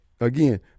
again